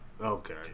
Okay